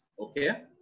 Okay